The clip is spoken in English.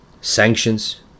Sanctions